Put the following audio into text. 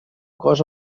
cos